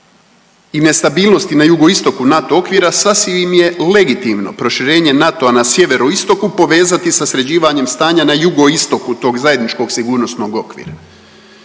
i nestabilnosti na jugoistoku NATO okvira sasvim im je legitimno proširenje NATO-a na sjeveroistoku povezati sa sređivanjem stanja na jugoistoku tog zajedničkog sigurnosnog okvira.